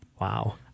Wow